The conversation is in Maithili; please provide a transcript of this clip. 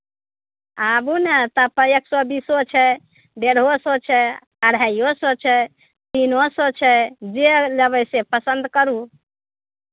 आबू ने एतय चप्पल एक सए बीसो छै डेढ़ो सए छै अढ़ाइओ सए छै तीनो सए छै जे लेबै से पसन्द करू